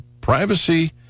Privacy